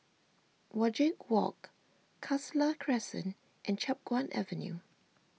Wajek Walk Khalsa Crescent and Chiap Guan Avenue